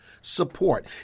support